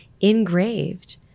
engraved